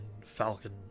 Falcon